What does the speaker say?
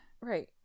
Right